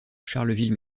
charleville